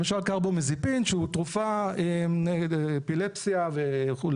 למשל קארבאמאזפין שהוא תרופה נגד אפילפסיה וכו',